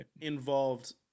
involved